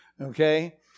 okay